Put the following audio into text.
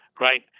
right